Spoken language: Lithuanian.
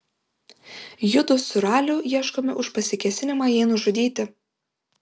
judu su raliu ieškomi už pasikėsinimą jį nužudyti